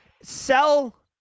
sell